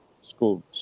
school